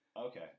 Okay